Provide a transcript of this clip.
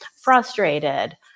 frustrated